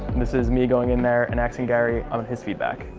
this is me going in there and asking gary on his feedback.